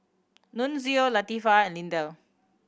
Nunzio Latifah and Lindell